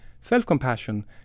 Self-compassion